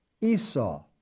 Esau